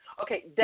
Okay